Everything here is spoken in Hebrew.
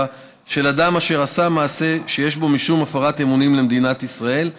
של אדם אשר עשה מעשה שיש בו משום הפרת אמונים למדינת ישראל,